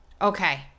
okay